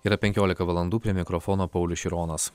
yra penkiolika valandų prie mikrofono paulius šironas